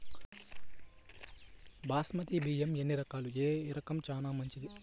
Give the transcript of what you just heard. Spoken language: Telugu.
బాస్మతి బియ్యం ఎన్ని రకాలు, ఏ రకం చానా మంచిది?